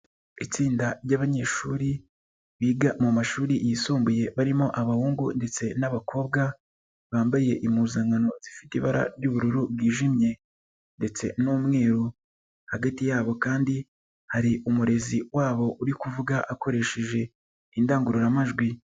Itsinda ry'abanyeshuri biga mu mashuri yisumbuye barimo abahungu ndetse n'abakobwa, bambaye impuzankano zifite ibara ry'ubururu bwijimye ndetse n'umweru, hagati yabo kandi hari umurezi wabo uri kuvuga akoresheje indangururamajwi.